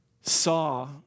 saw